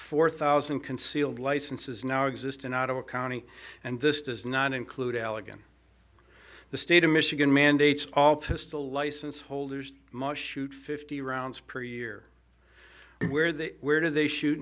four thousand concealed licenses now exist in ottawa county and this does not include allegan the state of michigan mandates all pistol license holders most shoot fifty rounds per year and where they where do they shoot